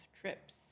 trips